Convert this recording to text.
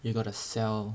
you gotta sell